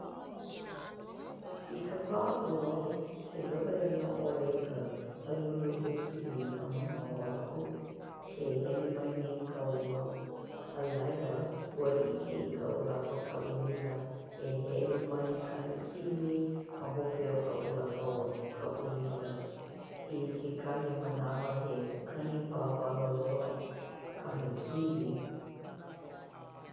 I ka wā ua, ke lohe ana ʻoe i ka palulu hekili i ka mamau aku ke hele mai nei ka ua alaila ua ʻike ka ʻolapa o ka uila e hele mai ka hekili ma hope o ka ʻolapa o ka uila i kekahi manawa he kani wawalo loa ka hekili